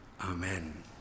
Amen